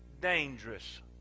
dangerous